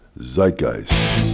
Zeitgeist